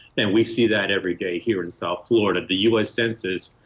and we see that every day here in south florida. the u s. census,